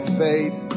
faith